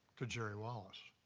to jerry wallace.